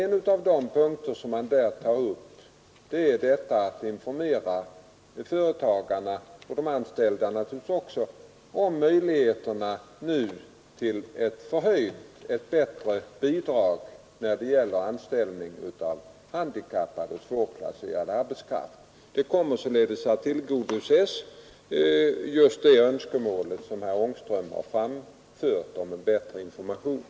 En av de punkter som man där tar upp är de möjligheter till ett förhöjt, ett bättre bidrag som nu finns när det gäller anställning av handikappade och svårplacerad arbetskraft. Detta önskemål om en bättre information som herr Ångström framförde kommer således att tillgodoses.